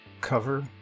cover